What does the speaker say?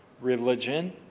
religion